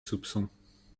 soupçons